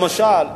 למשל,